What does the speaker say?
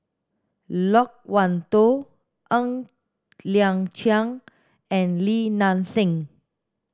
Loke Wan Tho Ng Liang Chiang and Li Nanxing